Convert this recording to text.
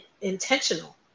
intentional